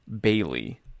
Bailey